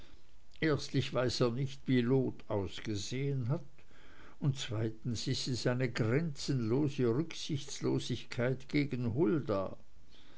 erstlich weiß er nicht wie lot ausgesehen hat und zweitens ist es eine grenzenlose rücksichtslosigkeit gegen